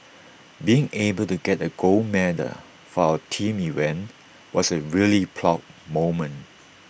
being able to get A gold medal for our team event was A really proud moment